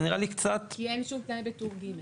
כי אין שום תנאי בתור ג'.